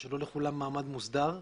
ושלא לכולם מעמד מוסדר,